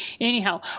anyhow